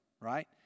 right